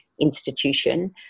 institution